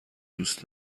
دوست